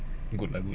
good lah good